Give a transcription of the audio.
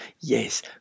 Yes